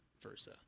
versa